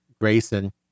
Grayson